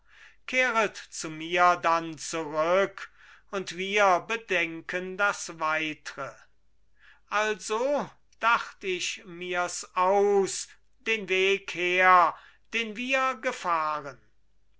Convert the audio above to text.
kehret zu mir dann zurück und wir bedenken das weitre also dacht ich mir's aus den weg her den wir gefahren